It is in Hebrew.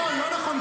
לא נכון.